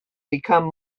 become